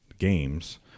games